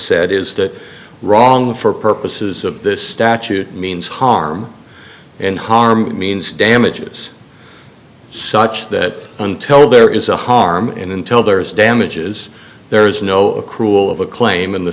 said is that wrong for purposes of this statute means harm and harm means damages such that until there is a harm and until there is damages there is no cruel of a claim in the